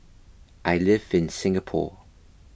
I live in Singapore